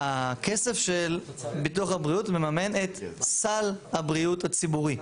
הכסף של ביטוח הבריאות מממן את סל הבריאות הציבורי,